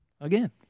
again